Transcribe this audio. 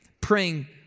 praying